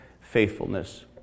Faithfulness